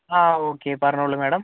ആ ഓക്കെ പറഞ്ഞോളൂ മാഡം